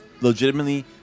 legitimately